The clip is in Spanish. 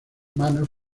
manos